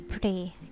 pray